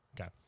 Okay